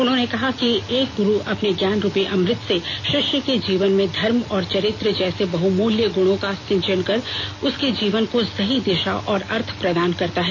उन्होंने कहा कि एक ग्रू अपने ज्ञान रूपी अमृत से षिष्य के जीवन में धर्म और चरित्र जैस बहमूल्य गुणों का सिंचन कर उसके जीवन को सही दिषा और अथ प्रदान करता है